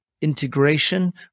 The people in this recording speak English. integration